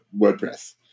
WordPress